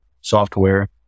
software